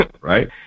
Right